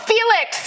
Felix